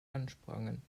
ansprangen